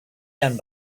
done